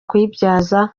kuyibyaza